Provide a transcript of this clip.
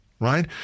Right